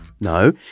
No